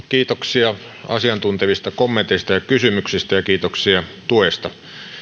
kiitoksia asiantuntevista kommenteista ja kysymyksistä ja kiitoksia tuesta